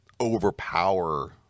overpower